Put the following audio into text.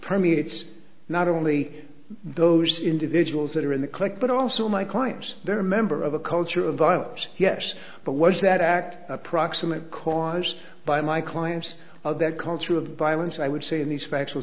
permeates not only those individuals that are in the click but also my client their member of a culture of violence yes but was that act a proximate cause by my client of that culture of violence i would say in these factual